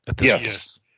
Yes